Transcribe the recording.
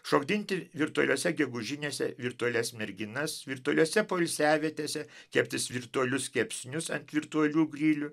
šokdinti virtualiose gegužinėse virtualias merginas virtualiose poilsiavietėse keptis virtualius kepsnius ant virtualių grilių